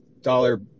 dollar